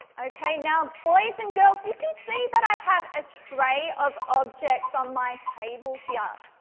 okay, now boys and girls you can see that i have a tray of objects on my table here,